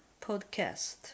podcast